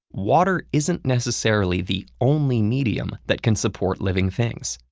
water isn't necessarily the only medium that can support living things.